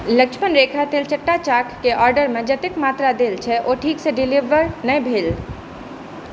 लक्ष्मण रेखा तेलचट्टा चाक के ऑर्डर मे जतेक मात्रा देल छै ओ ठीकसँ डिलीवर नहि भेल